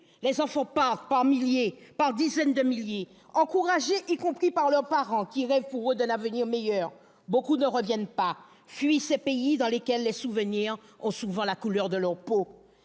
Les enfants partent par milliers, par dizaines de milliers, encouragés y compris par leurs parents qui rêvent pour eux d'un avenir meilleur. Beaucoup ne reviennent pas, fuient ces pays dans lesquels les souvenirs ont souvent la couleur de leur peau.